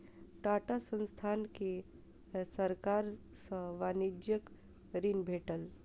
टाटा संस्थान के सरकार सॅ वाणिज्यिक ऋण भेटल